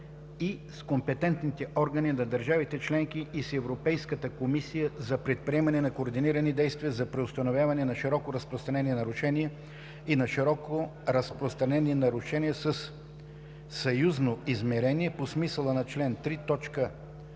и с компетентните органи на държавите членки и с Европейската комисия за предприемане на координирани действия за преустановяване на широко разпространени нарушения и на широко разпространени нарушения със съюзно измерение по смисъла на чл. 3,